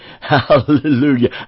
Hallelujah